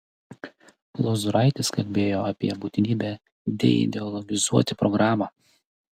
lozuraitis kalbėjo apie būtinybę deideologizuoti programą